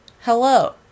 Hello